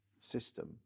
system